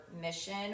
mission